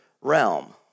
realm